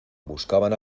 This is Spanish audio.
buscaban